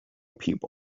people